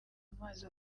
amazi